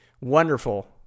Wonderful